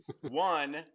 one